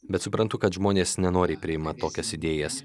bet suprantu kad žmonės nenoriai priima tokias idėjas